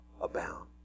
abound